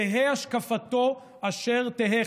תהא השקפתו אשר תהא,